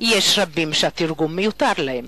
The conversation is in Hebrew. יש רבים שהתרגום מיותר מבחינתם.